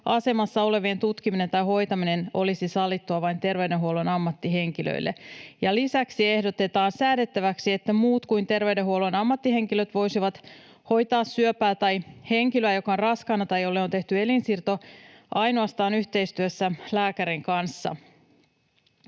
asemassa olevien, tutkiminen tai hoitaminen olisi sallittua vain terveydenhuollon ammattihenkilöille. Ja lisäksi ehdotetaan säädettäväksi, että muut kuin terveydenhuollon ammattihenkilöt voisivat hoitaa syöpää tai henkilöä, joka on raskaana tai jolle on tehty elinsiirto, ainoastaan yhteistyössä lääkärin kanssa.